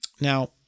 Now